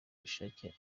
bushake